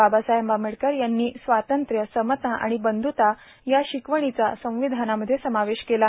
बाबासाहेब आंबेडकर यांनी स्वातंत्र्य समता र्आण बंधुता या शिकवणीचा संविधानामध्ये समावेश केला